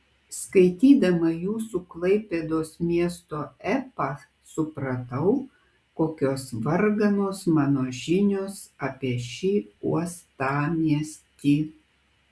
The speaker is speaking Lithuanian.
skaitydama jūsų klaipėdos miesto epą supratau kokios varganos mano žinios apie šį uostamiestį